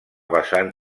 vessant